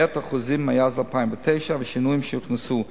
במאות אחוזים מאז 2009, והשינויים שהוכנסו.